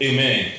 Amen